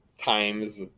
times